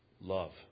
Love